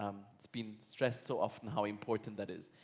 um been stressed so often how important that is.